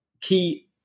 key